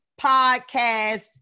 podcast